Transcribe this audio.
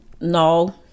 no